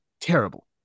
terrible